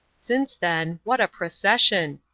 since then, what a procession!